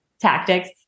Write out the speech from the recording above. tactics